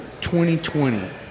2020